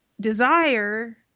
Desire